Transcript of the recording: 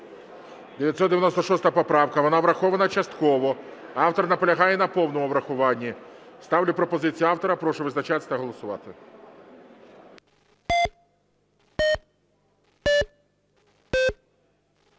996 поправка, вона врахована частково. Автор наполягає на повному врахуванні. Ставлю пропозицію автора. Прошу визначатись та голосувати.